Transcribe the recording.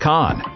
Con